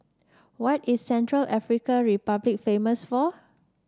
what is Central African Republic famous for